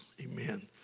Amen